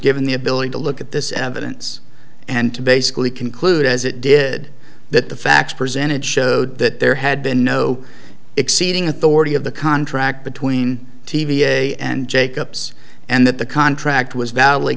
given the ability to look at this evidence and to basically conclude as it did that the facts presented showed that there had been no exceeding authority of the contract between t v and jake ups and that the contract was badly